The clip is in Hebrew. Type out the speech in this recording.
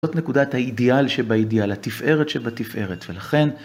זאת נקודת האידיאל שבאידיאל, התפארת שבתפארת, ולכן...